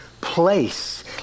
place